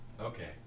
Okay